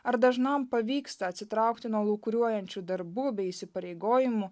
ar dažnam pavyksta atsitraukti nuo lūkuriuojančių darbų bei įsipareigojimų